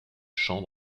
champs